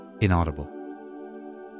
inaudible